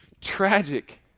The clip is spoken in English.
tragic